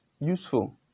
useful